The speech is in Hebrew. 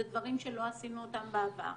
אלה דברים שלא עשינו אותם בעבר,